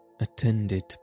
attended